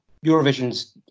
Eurovision's